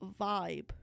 vibe